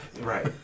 Right